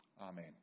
Amen